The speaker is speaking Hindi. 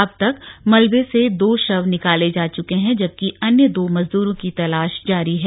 अब तक मलबे से दो शव निकाले जा चुके हैं जबकि अन्य दो मजदूरों की तलाश जारी है